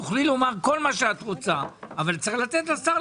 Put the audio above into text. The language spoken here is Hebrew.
תוכלי לומר את כל מה שאת רוצה אבל צריך לתת לשר,